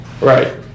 Right